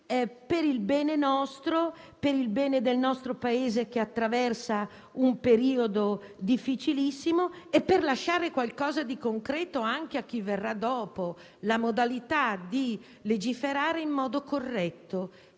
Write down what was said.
per il bene nostro e del nostro Paese, che attraversa un periodo difficilissimo, e per lasciare qualcosa di concreto anche a chi verrà dopo, ovvero una modalità di legiferare in modo corretto